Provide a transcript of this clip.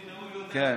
הינה, הוא יודע את זה.